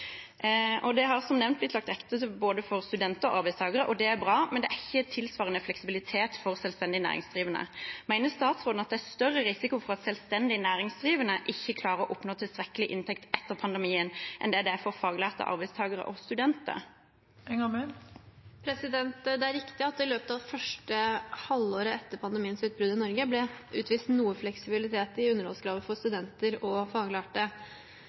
Det har som nevnt blitt lagt til rette for både studenter og arbeidstakere, og det er bra, men det er ikke tilsvarende fleksibilitet for selvstendig næringsdrivende. Mener statsråden at det er større risiko for at selvstendig næringsdrivende ikke klarer å oppnå tilstrekkelig inntekt etter pandemien enn det er for faglærte arbeidstakere og studenter? Det er riktig at det i løpet av det første halvåret etter pandemiens utbrudd i Norge ble utvist noe fleksibilitet i underholdskravet for studenter og faglærte.